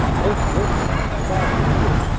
this this saucer here